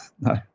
No